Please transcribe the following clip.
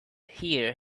hear